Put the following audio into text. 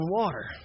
water